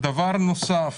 דבר נוסף,